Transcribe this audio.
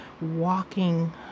walking